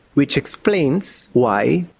which explains, why,